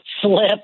slip